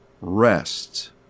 rests